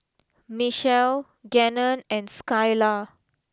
Mechelle Gannon and Skylar